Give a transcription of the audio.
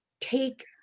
take